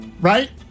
right